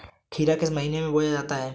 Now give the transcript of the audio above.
खीरा किस महीने में बोया जाता है?